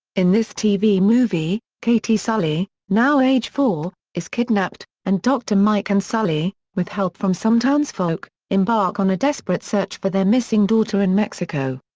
in this tv movie, katie sully, now age four, is kidnapped, and dr. mike and sully, with help from some townsfolk, embark on a desperate search for their missing daughter in mexico.